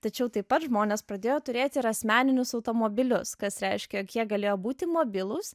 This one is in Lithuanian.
tačiau taip pat žmonės pradėjo turėti ir asmeninius automobilius kas reiškė jog jie galėjo būti mobilūs